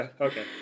Okay